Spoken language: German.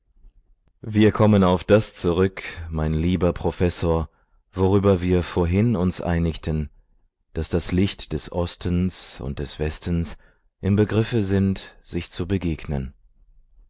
wir kommen auf das zurück mein lieber professor worüber wir vorhin uns einigten daß das licht des ostens und des westens im begriffe sind sich zu begegnen